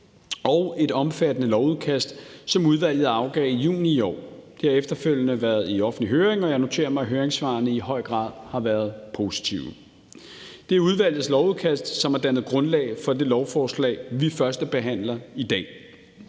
og et omfattende lovudkast, som udvalget afgav i juni i år. Det har efterfølgende været i offentlig høring, og jeg noterer mig, at høringssvarene i høj grad har været positive. Det er udvalgets lovudkast, som har dannet grundlag for det lovforslag, vi førstebehandler i dag.